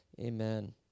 Amen